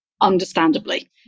understandably